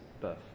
birth